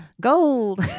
Gold